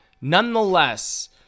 nonetheless